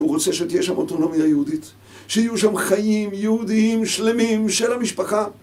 הוא רוצה שתהיה שם אוטונומיה יהודית, שיהיו שם חיים יהודיים שלמים של המשפחה.